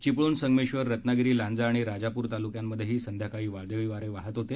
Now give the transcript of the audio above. चिपळूण संगमेश्वर रत्नागिरी लांजा आणि राजापूर तालुक्यांमध्येही सायंकाळी वादळी वारे वाहत होते